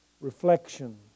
Reflection